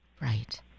Right